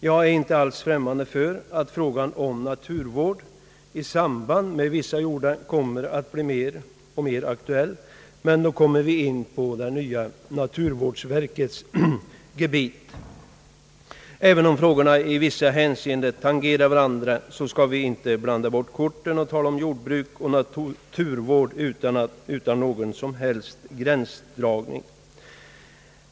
Jag är inte alls främmande för att frågan om naturvård i samband med vissa jordar kommer att bli mer och mer aktuell, men då kommer vi in på det nya naturvårdsverkets gebit. Även om frågorna i vissa hänseenden tangerar varandra skall vi inte blanda bort korten och tala om jordbruk och na turvård utan någon som helst gränsdragning.